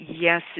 yes